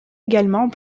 également